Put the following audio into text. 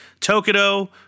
Tokido